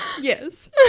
yes